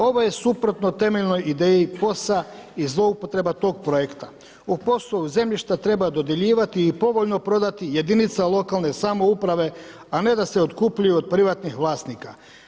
Ovo je suprotno temeljnoj ideji POS-a i zloupotrebe tog projekta, u POS-u u zemljišta treba dodjeljivati i povoljno prodati jedinica lokalne samouprave, a ne da se otkupljuje od privatnih vlasnika.